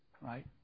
Right